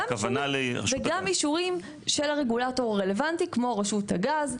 של אישורים של הרגולטור הרלוונטי כמו רשות הגז,